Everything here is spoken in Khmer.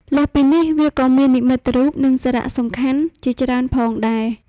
លើសពីនេះវាក៏មាននិមិត្តរូបនិងមានសារៈសំខាន់ជាច្រើនផងដែរ។